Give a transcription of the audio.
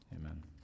Amen